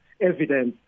evidence